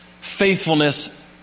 faithfulness